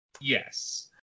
Yes